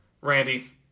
Randy